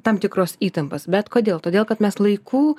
tam tikros įtampos bet kodėl todėl kad mes laiku